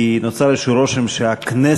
כי נוצר איזשהו רושם שהכנסת,